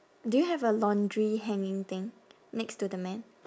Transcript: do you have a laundry hanging thing next to the man